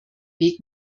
weg